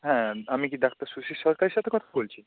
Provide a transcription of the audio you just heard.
হ্যাঁ আমি কি ডাক্তার সুশির সরকারের সাথে কথা বলছি